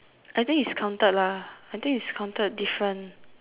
I think it is counted lah I think it is counted different